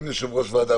אם יושב-ראש ועדה,